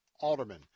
Alderman